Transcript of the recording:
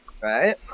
Right